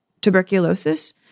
tuberculosis